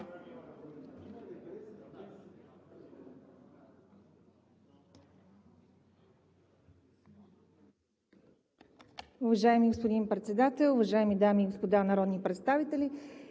Уважаеми господин Председател, уважаеми дами и господа народни представители!